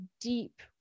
deep